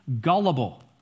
gullible